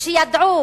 שידעו